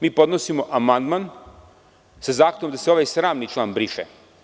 Mi podnosimo amandman za zahtevom da se ovaj sramni član briše.